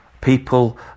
people